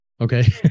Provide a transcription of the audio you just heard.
Okay